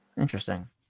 Interesting